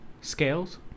scales